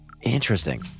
Interesting